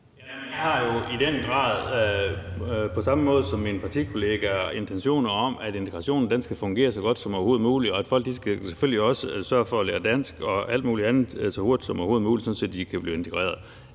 Jeg har jo i den grad på samme måde som mine partikollegaer intentioner om, at integrationen skal fungere så godt som overhovedet muligt, og at folk selvfølgelig også skal sørge for at lære dansk og alt muligt andet så hurtigt som overhovedet muligt, sådan at de kan blive integreret.